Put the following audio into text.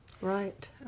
Right